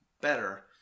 better